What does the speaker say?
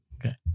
Okay